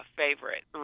favorite